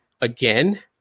again